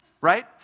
Right